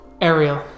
Ariel